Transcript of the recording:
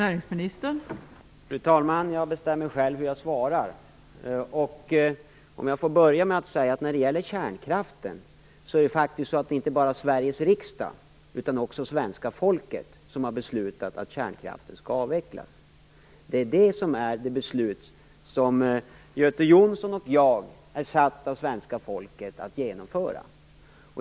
Fru talman! Jag bestämmer själv hur jag svarar. När det gäller kärnkraften vill jag säga att det faktiskt inte bara är Sveriges riksdag utan också svenska folket som har beslutat att den skall avvecklas. Det är det beslut som Göte Jonsson och jag är satta av svenska folket att verkställa.